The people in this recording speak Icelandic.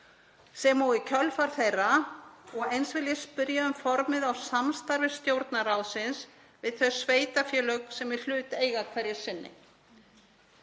sem og í kjölfar þeirra. Eins vil ég spyrja um formið á samstarfi Stjórnarráðsins við þau sveitarfélög sem í hlut eiga hverju sinni.